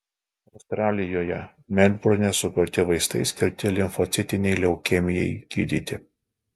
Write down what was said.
australijoje melburne sukurti vaistai skirti limfocitinei leukemijai gydyti